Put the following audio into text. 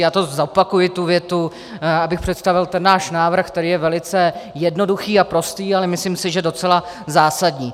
Já zopakuji tu větu, abych představil ten náš návrh, který je velice jednoduchý a prostý, ale myslím si, že docela zásadní.